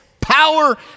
power